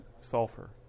sulfur